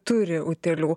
turi utėlių